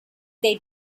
they